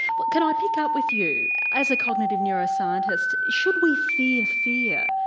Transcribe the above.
but can i pick up with you, as a cognitive neuroscientist, should we fear fear,